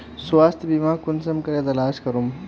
स्वास्थ्य बीमा कुंसम करे तलाश करूम?